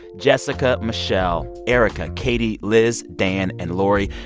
jessica, michelle, erica, katie, liz, dan and lori.